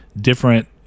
different